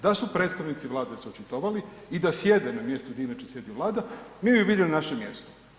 Da su se predstavnici Vlade očitovali i da sjede na mjestu gdje inače sjedi Vlada, mi bi bili na našem mjestu.